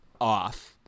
off